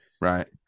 Right